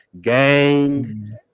gang